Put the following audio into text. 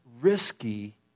risky